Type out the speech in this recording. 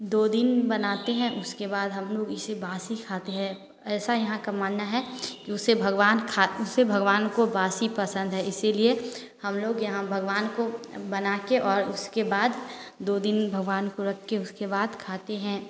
दो दिन बनाते हैं उसके बाद हम लोग इसे बासी खाते है ऐसा यहाँ का मानना है कि उसे भगवान खा उसे भगवान को बासी पसंद है इसीलिए हम लोग यहाँ भगवान को बना के और उसके बाद दो दिन भगवान को रख के उसके बाद खाते हैं